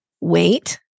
Wait